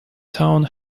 town